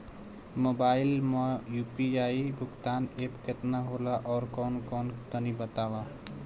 Mobile म UPI भुगतान app केतना होला आउरकौन कौन तनि बतावा?